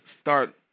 start